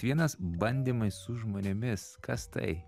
vienas bandymai su žmonėmis kas tai